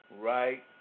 Right